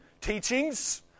teachings